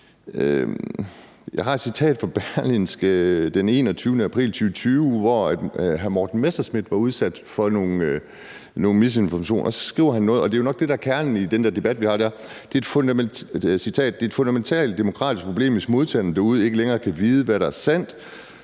Jeg har et citat fra Berlingske den 21. april 2020, hvor hr. Morten Messerschmidt var udsat for nogle misinformationer, og så skriver han noget, og det er nok det, der er kernen i den debat, vi har der: »Det er et fundamentalt demokratisk problem, hvis modtagerne derude ikke længere kan vide, hvad der er sandt,